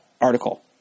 article